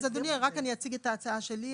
אדוני, רק אני אציג את ההצעה שלי.